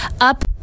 up